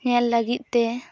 ᱧᱮᱞ ᱞᱟᱹᱜᱤᱫᱛᱮ